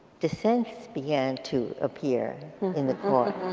dissents began to appear in the court.